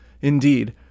Indeed